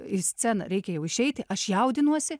į sceną reikia jau išeiti aš jaudinuosi